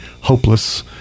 hopeless